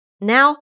Now